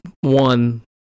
One